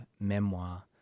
memoir